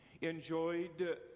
enjoyed